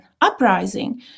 uprising